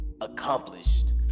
accomplished